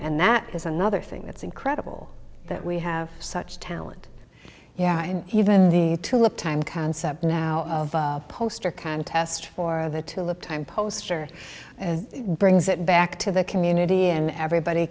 and that is another thing that's incredible that we have such talent yeah even the tulip time concept now poster contest for the tulip time poster brings it back to the community and everybody